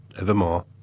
evermore